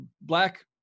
black